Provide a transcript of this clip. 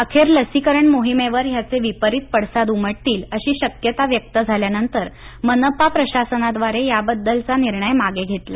अखेर लसीकरण मोहिमेवर ह्याचे विपरीत पडसाद उमटतील अशी शक्यता व्यक्त झाल्यानंतर मनपा प्रसासनाद्वारे याबद्दलचा निर्णय मागे घेतला